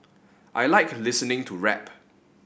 I like listening to rap